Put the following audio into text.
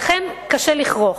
לכן קשה לכרוך.